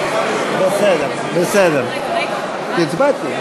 לראש האופוזיציה ולחבר הכנסת,